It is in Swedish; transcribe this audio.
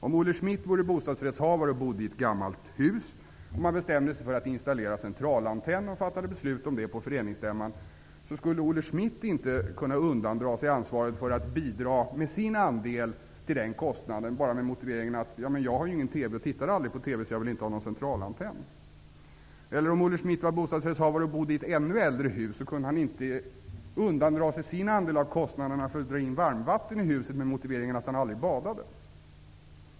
Om Olle Schmidt vore bostadsrättshavare och bodde i ett ännu äldre hus, kunde han inte undandra sig sin andel av kostnaderna för att dra in varmvatten i huset med motiveringen att han aldrig badade.